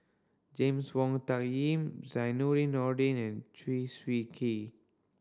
James Wong Tuck Yim Nordin and Chew Swee Kee